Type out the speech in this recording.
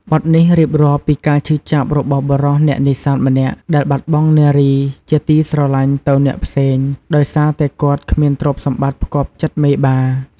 បទនេះរៀបរាប់ពីការឈឺចាប់របស់បុរសអ្នកនេសាទម្នាក់ ដែលបាត់បង់នារីជាទីស្រឡាញ់ទៅអ្នកផ្សេង ដោយសារតែគាត់គ្មានទ្រព្យសម្បត្តិផ្គាប់ចិត្តមេបា។